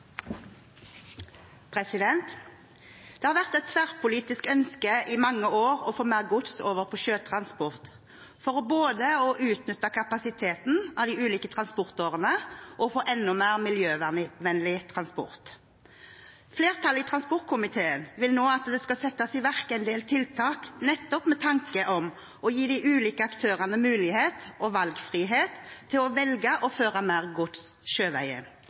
vedtatt. Det har vært et tverrpolitisk ønske i mange år å få mer gods over på sjøtransport, både for å utnytte kapasiteten av de ulike transportårene og for å få enda mer miljøvennlig transport. Flertallet i transportkomiteen vil nå at det skal settes i verk en del tiltak nettopp med tanke på å gi de ulike aktørene mulighet og valgfrihet til å velge å føre mer gods sjøveien,